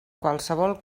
qualsevol